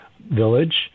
village